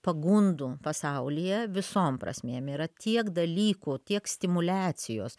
pagundų pasaulyje visom prasmėm yra tiek dalykų tiek stimuliacijos